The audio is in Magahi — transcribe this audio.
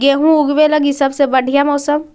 गेहूँ ऊगवे लगी सबसे बढ़िया मौसम?